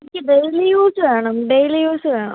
എനിക്ക് daily use വേണം daily use വേണം